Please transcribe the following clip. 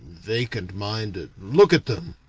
vacant-minded look at them!